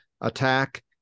attack